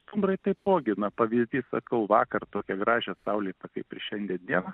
stumbrai taipogi na pavyzdys sakau vakar tokią gražią saulėtą kaip ir šiandien dieną